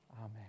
amen